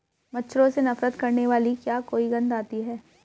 मच्छरों से नफरत करने वाली क्या कोई गंध आती है?